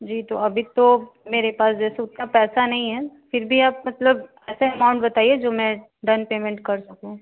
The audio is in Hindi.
जी तो अभी तो मेरे पास जैसे उतना पैसा नहीं है फ़िर भी आप मतलब ऐसा एमाउन्ट बताइए जो मैं डाउन पेमेन्ट कर सकूँ